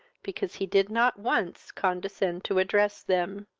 because he did not once condescend to address them.